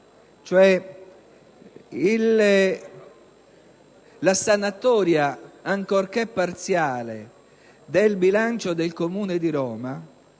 cioè, la sanatoria, ancorché parziale, del bilancio del Comune di Roma,